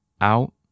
Out